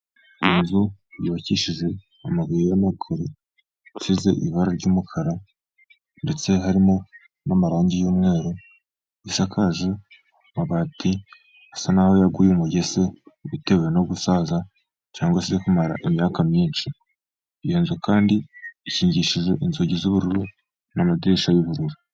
Inzu yubakishije amabuye y'amakoro asize ibara ry'umukara, ndetse harimo n'amarangi y'umweru, isakaje amabati asa naho yaguye umugese bitewe no gusaza, cyangwa se kumara imyaka myinshi. Iyo nzu kandi ikingishije inzugi z'ubururu, n'amadirishya y'ubururu.